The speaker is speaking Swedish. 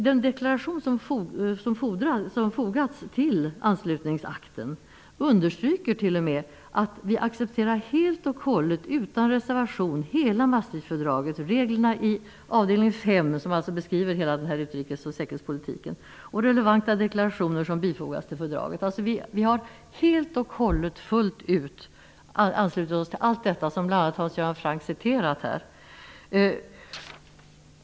Den deklaration som fogats till anslutningsakten understryker t.o.m. att vi helt och hållet utan reservation accepterar hela Maastrichtfördraget, dvs. reglerna i avd. V, som behandlar utrikes och säkerhetspolitiken, och de relevanta deklarationer som bifogats till fördraget. Vi har alltså helt och hållet fullt ut anslutit oss till allt detta, vilket bl.a. Hans Göran Franck här har citerat.